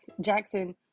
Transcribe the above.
Jackson